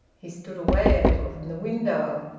he stood away a little from the window,